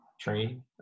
train